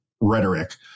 rhetoric